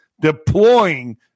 deploying